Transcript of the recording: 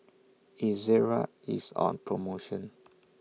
Ezerra IS on promotion